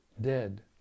dead